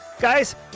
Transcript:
Guys